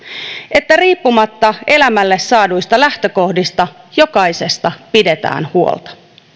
että riippumatta elämälle saaduista lähtökohdista jokaisesta pidetään huolta